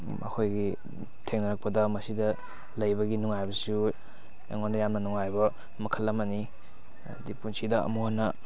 ꯃꯈꯣꯏꯒꯤ ꯊꯦꯡꯅꯔꯛꯄꯗ ꯃꯁꯤꯗ ꯂꯩꯕꯒꯤ ꯅꯨꯡꯉꯥꯏꯕꯁꯨ ꯑꯩꯉꯣꯟꯗ ꯌꯥꯝꯅ ꯅꯨꯡꯉꯥꯏꯕ ꯃꯈꯜ ꯑꯃꯅꯤ ꯍꯥꯏꯕꯗꯤ ꯄꯨꯟꯁꯤꯗ ꯑꯃꯨꯛ ꯍꯟꯅ